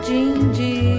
Gingy